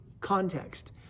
context